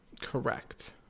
Correct